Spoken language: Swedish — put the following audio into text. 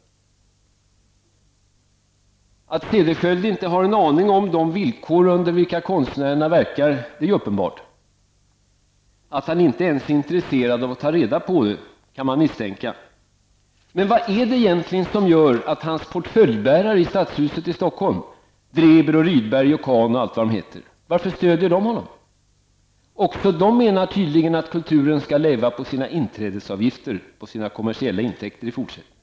Det är uppenbart att Cederschiöld inte har en aning om de villkor under vilka konstnärer verkar. Man kan misstänka att han inte ens är intresserad av att ta reda på det. Men vad är det som gör att hans portföljbärare i Stadshuset i Stockholm -- Dreber, Rydberg, Kahn, och allt vad de heter -- stödjer honom? Även de menar tydligen att kulturen skall leva på sina inträdesavgifter och kommersiella intäkter i fortsättningen.